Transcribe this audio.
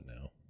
now